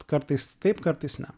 kartais taip kartais ne